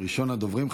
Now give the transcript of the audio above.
ראשונת הדוברים,